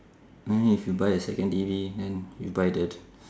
I mean if you buy a second T_V then you buy that